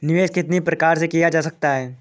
निवेश कितनी प्रकार से किया जा सकता है?